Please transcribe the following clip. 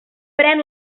pren